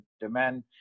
demand